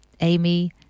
Amy